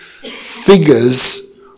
figures